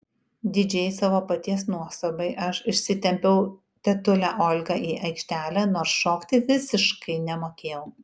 didžiai savo paties nuostabai aš išsitempiau tetulę olgą į aikštelę nors šokti visiškai nemokėjau